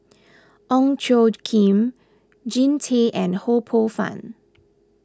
Ong Tjoe Kim Jean Tay and Ho Poh Fun